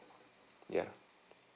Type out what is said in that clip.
ya